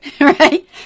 right